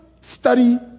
study